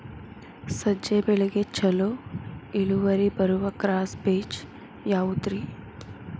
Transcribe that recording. ಸಜ್ಜೆ ಬೆಳೆಗೆ ಛಲೋ ಇಳುವರಿ ಬರುವ ಕ್ರಾಸ್ ಬೇಜ ಯಾವುದ್ರಿ?